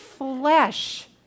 flesh